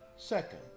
Second